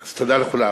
אז תודה לכולם.